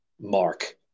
mark